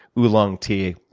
oolong tea,